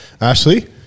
Ashley